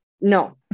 No